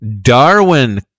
Darwin